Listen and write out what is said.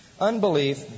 Unbelief